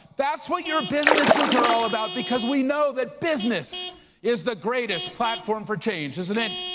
that's what your businesses are all about because we know that business is the greatest platform for change, isn't it?